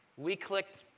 we clicked,